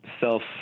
self